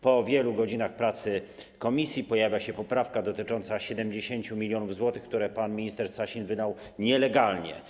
Po wielu godzinach pracy komisji pojawia się poprawka dotycząca 70 mln zł, które pan minister Sasin wydał nielegalnie.